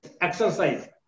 exercise